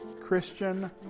Christian